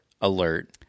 alert